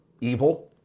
evil